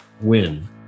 WIN